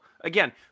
again